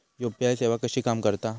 UPI सेवा कशी काम करता?